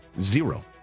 Zero